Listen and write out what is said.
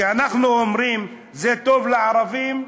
שאנחנו אומרים: זה טוב לערבים,